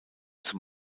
zum